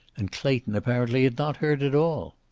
and clayton apparently had not heard at all.